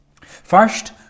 First